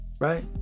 right